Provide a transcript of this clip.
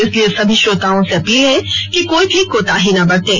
इसलिए सभी श्रोताओं से अपील है कि कोई भी कोताही ना बरतें